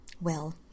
Well